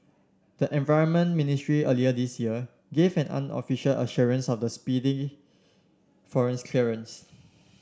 the environment ministry earlier this year gave an unofficial assurance of speedy forest clearance